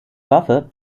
waffe